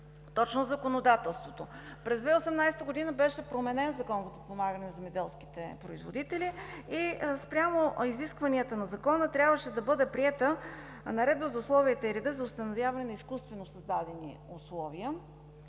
точно със законодателството. През 2018 г. беше променен Законът за подпомагане на земеделските производители. Спрямо изискванията на Закона трябваше да бъде приета Наредба за условията и реда за установяване на изкуствено създадени условия